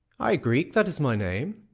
ay, greek, that is my name.